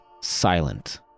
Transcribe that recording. silent